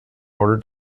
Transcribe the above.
order